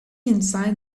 inside